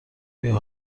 بیا